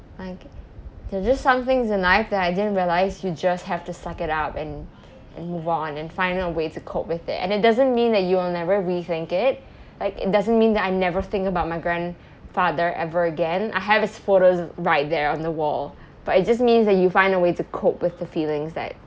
like there just some things in life that I didn't realise you just have to suck it up and and move on and find a way to cope with it and it doesn't mean that you will never re-think it like it doesn't mean that I never think about my grandfather ever again I have his photos right there on the wall but it just means that you find a way to cope with the feelings that